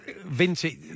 Vintage